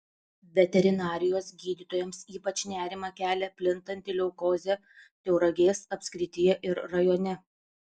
veterinarijos gydytojams ypač nerimą kelia plintanti leukozė tauragės apskrityje ir rajone